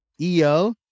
EO